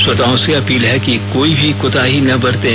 श्रोताओं से अपील है कि कोई भी कोताही न बरतें